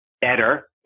better